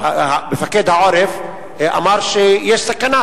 מפקד העורף אמר שיש סכנה,